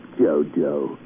Jojo